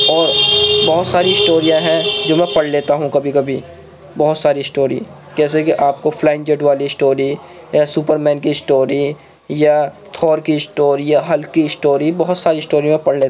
اور بہت ساری اسٹوریاں ہیں جو میں پڑھ لیتا ہوں کبھی کبھی بہت ساری اسٹوری جیسے کہ آپ کو فلائنگ جیٹ والی اسٹوری یا سپر مین کی اسٹوری یا تھور کی اسٹوری یا حل کی اسٹوری بہت ساری اسٹوری میں پڑھ لے